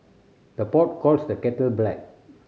the pot calls the kettle black